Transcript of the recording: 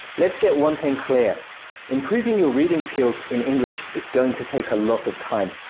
let's get one thing clear improving your reading skills in english is going to take a lot of time.